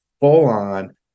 full-on